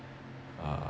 uh